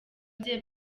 bye